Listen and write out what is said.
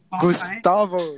Gustavo